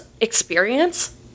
experience